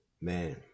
man